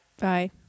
Bye